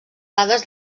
dades